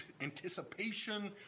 anticipation